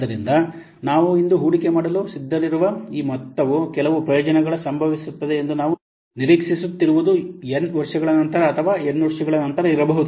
ಆದ್ದರಿಂದ ನಾವು ಇಂದು ಹೂಡಿಕೆ ಮಾಡಲು ಸಿದ್ಧರಿರುವ ಈ ಮೊತ್ತವು ಕೆಲವು ಪ್ರಯೋಜನಗಳು ಸಂಭವಿಸುತ್ತವೆ ಎಂದು ನಾವು ನಿರೀಕ್ಷಿಸುತ್ತಿರುವುದು n ವರ್ಷಗಳ ನಂತರ ಅಥವಾ n ವರ್ಷಗಳ ನಂತರ ಇರಬಹುದು